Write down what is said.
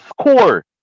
score